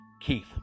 Keith